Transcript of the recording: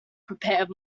prepared